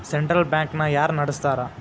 Central bank ನ ಯಾರ್ ನಡಸ್ತಾರ?